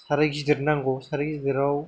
साराय गिदिर नांगौ साराय गिदिराव